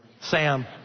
Sam